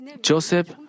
Joseph